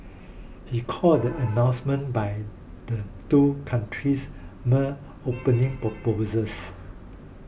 he called the announcements by the two countries mere opening proposals